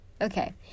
okay